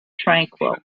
tranquil